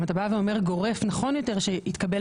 אם אתה בא ואומר גורף נכון יותר שיתקבל